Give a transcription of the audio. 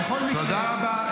--- תודה רבה.